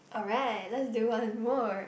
alright let's do one more